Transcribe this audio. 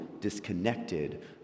disconnected